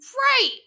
Right